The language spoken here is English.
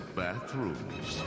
bathrooms